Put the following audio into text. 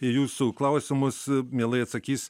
į jūsų klausimus mielai atsakys